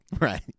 Right